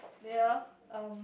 ya um